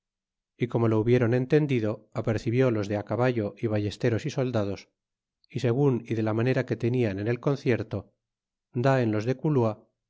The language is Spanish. y como lo hubiéron entendido apercibió los de caballo y vallesteros y soldados y segun y de la manera que tenían ea el concierto da en los de culua